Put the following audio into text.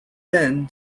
then